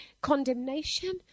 condemnation